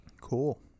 Cool